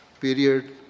period